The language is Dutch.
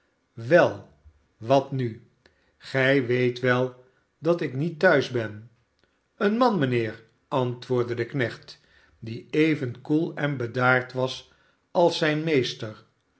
wel wat nu gij weet wel dat ik niet thuis ben een man mijnheer antwoordde de knecht die even koel en bedaard was als zijn meester